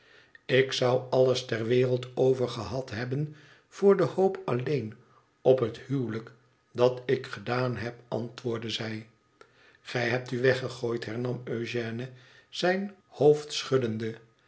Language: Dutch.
ik zou alles ter wereld overgehad hebben voor de hoop alleen op het huwelijk dat ik gedaan heb antwoordde zij gij hebt u weggegooid hernam eugène zijn hoofdschuddende